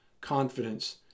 confidence